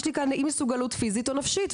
יש לי כאן אי מסוגלות פיזית או נפשית.